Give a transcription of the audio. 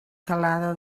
calada